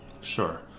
Sure